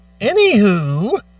Anywho